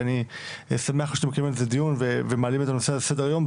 ואני שמח שאתם מקיימים על זה דיון ומעלים את הנושא על סדר היום.